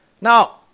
Now